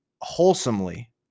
Wholesomely